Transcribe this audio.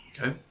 okay